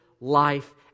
life